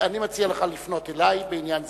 אני מציע לך לפנות אלי בעניין זה.